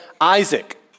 Isaac